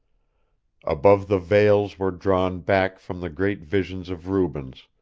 above the veils were drawn back from the great visions of rubens,